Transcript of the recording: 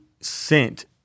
sent